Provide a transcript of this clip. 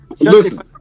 Listen